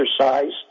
exercise